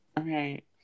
Right